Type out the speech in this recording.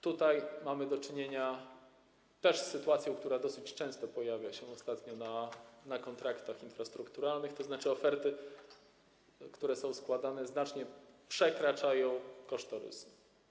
Tutaj też mamy do czynienia z sytuacją, która dosyć często pojawia się ostatnio w przypadku kontraktów infrastrukturalnych, tzn. oferty, które są składane, znacznie przekraczają kosztorysy.